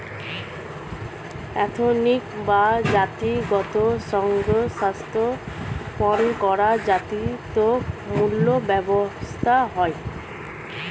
ethnic বা জাতিগত সংস্থা স্থাপন করা জাতিত্ব মূলক ব্যবসা হয়